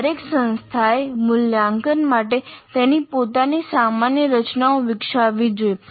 દરેક સંસ્થાએ મૂલ્યાંકન માટે તેની પોતાની સામાન્ય રચનાઓ વિકસાવવી જોઈએ